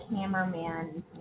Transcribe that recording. cameraman